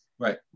Right